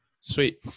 Sweet